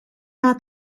how